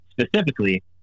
specifically